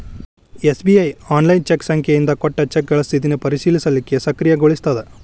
SBI online cheque ಸಂಖ್ಯೆಯಿಂದ ಕೊಟ್ಟ ಚೆಕ್ಗಳ ಸ್ಥಿತಿನ ಪರಿಶೇಲಿಸಲಿಕ್ಕೆ ಸಕ್ರಿಯಗೊಳಿಸ್ತದ